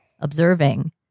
observing